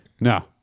no